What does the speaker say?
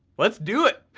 let's do it!